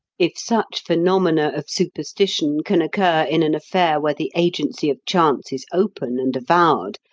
if such phenomena of superstition can occur in an affair where the agency of chance is open and avowed,